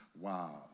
wow